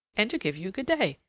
and to give you good-day.